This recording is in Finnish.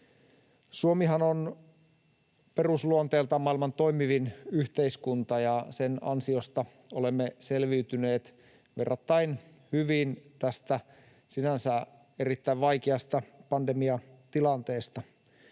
Suomihan on perusluonteeltaan maailman toimivin yhteiskunta, ja sen ansiosta olemme selviytyneet verrattain hyvin tästä sinänsä erittäin vaikeasta pandemiatilanteesta.